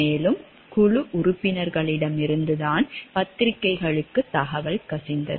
மேலும் குழு உறுப்பினர்களிடமிருந்துதான் பத்திரிகைகளுக்கு தகவல் கசிந்தது